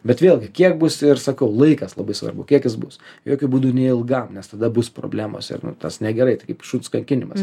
bet vėlgi kiek bus ir sakau laikas labai svarbu kiek jis bus jokiu būdu neilgam nes tada bus problemos ir nu tas negerai kaip šuns kankinimas